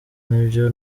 nibyo